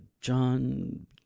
John